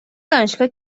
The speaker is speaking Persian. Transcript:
دانشگاه